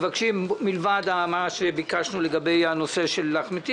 מלבד מה שביקשנו לגבי הנושא של אחמד טיבי,